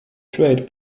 trade